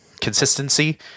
consistency